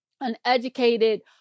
uneducated